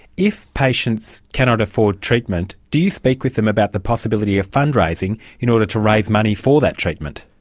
if patients cannot afford treatment, do you speak with them about the possibility of fund raising in order to raise money for that treatment?